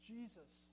Jesus